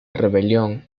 rebelión